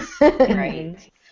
Right